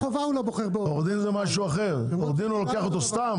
עורך דין הוא לוקח אותו סתם?